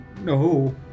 No